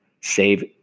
Save